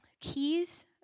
keys